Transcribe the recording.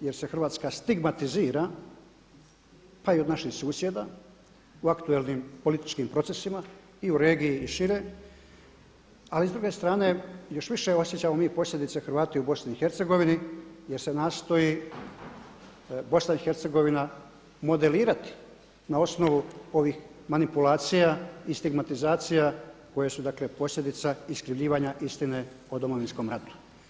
jer se Hrvatska stigmatizira pa i od naših susjeda u aktuelnim političkim procesima i u regiji i šire, ali s druge strane još više osjećamo mi posljedice Hrvati u Bosni i Hercegovini jer se nastoji Bosna i Hercegovina modelirati na osnovu ovih manipulacija i stigmatizacija koja su, dakle posljedica iskrivljivanja istine o Domovinskom ratu.